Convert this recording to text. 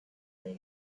they